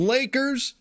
Lakers